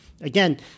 again